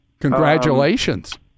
Congratulations